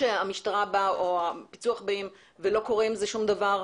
והמשטרה או הפיצו"ח באים אבל לא קורה עם זה שום דבר.